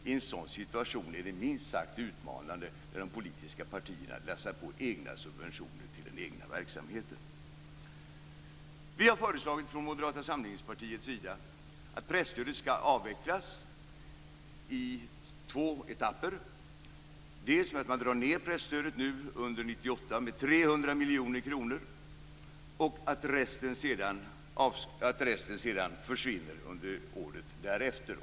I en sådan situation är det minst sagt utmanande när de politiska partierna lassar på egna subventioner till den egna verksamheten. Moderata samlingspartiet har föreslagit att pressstödet skall avvecklas i två etapper; dels skall man dra ned presstödet under 1998 med 300 miljoner kronor, dels skall resten sedan försvinna under året därefter.